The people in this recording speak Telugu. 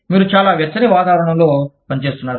మీరు చాలా వెచ్చని వాతావరణంలో పనిచేస్తున్నారు